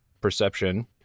perception